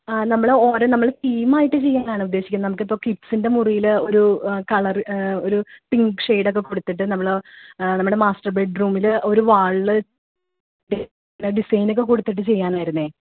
ആ നമ്മൾ ഓരോ നമ്മൾ തീം ആയിട്ട് ചെയ്യാനാണ് ഉദ്ദേശിക്കുന്നത് നമുക്ക് ഇപ്പോൾ കിഡ്സിൻ്റെ മുറിയിൽ ഒരു കളറ് ഒരു പിങ്ക് ഷെയ്ഡൊക്കെ കൊടുത്തിട്ട് നമ്മൾ നമ്മളെ മാസ്റ്റർ ബെഡ്റൂമിൽ ഒരു വാളിൽ പിന്നെ ഒരു ഡിസൈനൊക്കെ കൊടുത്തിട്ട് ചെയ്യാനായിരുന്നു